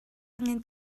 angen